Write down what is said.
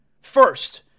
first